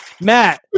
Matt